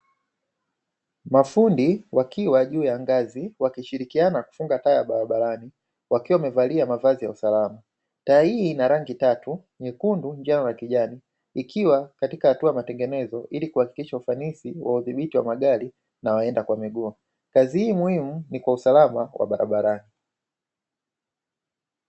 Mafundi wakiwa juu ya ngazi, wakishirikiana kufunga taa ya barabarani, wakiwa wamevalia mavazi ya usalama. Taa hii ina rangi tatu: nyekundu, njano na kijani; ikiwa katika hatua ya matengenezo, ili kuhakikisha ufanisi wa udhibiti wa magari na waenda kwa miguu. Kazi hii muhimu ni kwa usalama wa barabarani.